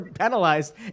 penalized